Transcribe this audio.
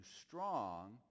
strong